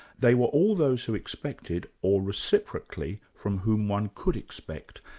they were all those who expected, or reciprocally from whom one could expect,